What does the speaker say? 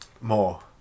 More